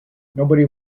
nobody